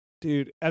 dude